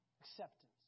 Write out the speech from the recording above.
Acceptance